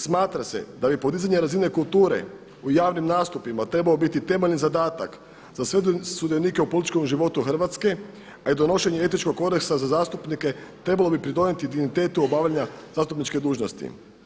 Smatra se da bi podizanje razine kulture u javnim nastupima trebao biti temeljni zadatak za sve sudionike u političkom životu Hrvatske, a i donošenje etičkog kodeksa za zastupnike trebalo bi pridonijeti dignitetu obavljanja zastupničke dužnosti.